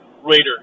Raider